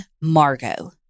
Margot